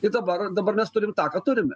ir dabar dabar mes turim tą ką turime